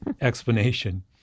explanation